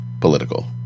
political